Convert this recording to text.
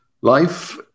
life